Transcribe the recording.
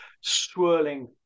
swirling